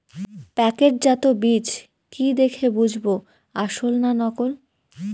প্যাকেটজাত বীজ কি দেখে বুঝব আসল না নকল?